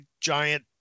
giant